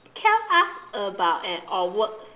tell us about an awkward